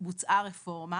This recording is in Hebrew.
בוצעה רפורמה